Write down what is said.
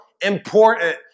important